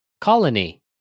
Colony